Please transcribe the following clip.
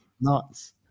nuts